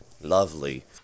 lovely